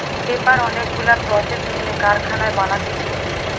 paper অনেক গুলা process মেনে কারখানায় বানাতিছে